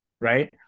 right